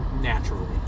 naturally